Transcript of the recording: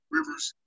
Rivers